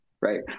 right